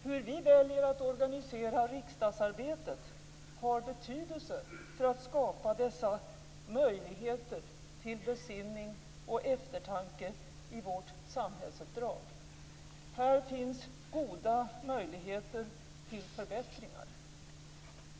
Hur vi väljer att organisera riksdagsarbetet har betydelse för att skapa dessa möjligheter till besinning och eftertanke i vårt samhällsuppdrag. Här finns goda möjligheter till förbättringar.